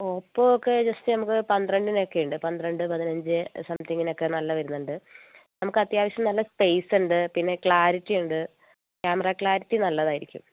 Oppo ഒക്കെ just നമുക്ക് പന്ത്രണ്ടിന് ഒക്കെ ഉണ്ട് പന്ത്രണ്ട് പതിനഞ്ച് സംതിങ്ങിനൊക്കെ നല്ലത് വരുന്നുണ്ട് നമുക്ക് അത്യാവശ്യം നല്ല സ്പേസ് ഉണ്ട് പിന്നെ ക്ലാരിറ്റി ഉണ്ട് ക്യാമറ ക്ലാരിറ്റി നല്ലതായിരിക്കും